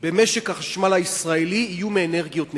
במשק החשמל הישראלי יהיו מאנרגיות נקיות.